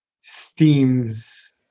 steams –